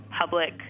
public